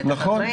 החקלאים.